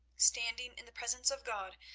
standing in the presence of god,